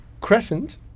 Crescent